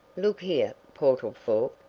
look here, portlethorpe,